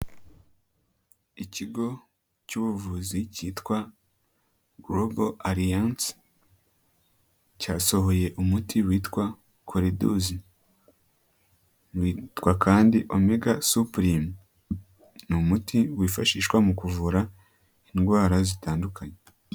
Ikigo cy'ubuvuzi cyitwa Global Alliance cyasohoye umuti witwa koledozi, witwa kandi omega suplime. Ni umuti wifashishwa mu kuvura indwara zitandukanye.